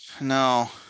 no